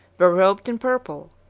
were robed in purple,